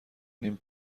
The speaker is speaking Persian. نیم